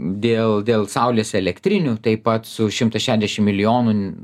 dėl dėl saulės elektrinių taip pat su šimtas šešiasdešimt milijonų